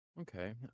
Okay